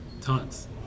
tons